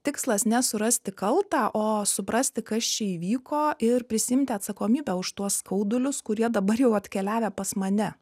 tikslas ne surasti kaltą o suprasti kas čia įvyko ir prisiimti atsakomybę už tuos skaudulius kurie dabar jau atkeliavę pas mane